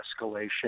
escalation